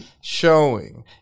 showing